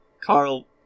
carl